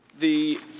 the